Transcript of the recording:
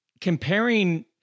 Comparing